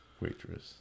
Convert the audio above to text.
waitress